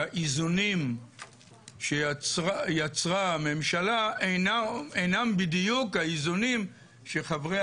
שהאיזונים שיצרה הממשלה אינם בדיוק האיזונים שחברי